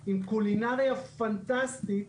עם קולינריה פנטסטית,